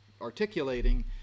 articulating